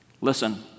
Listen